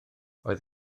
oedd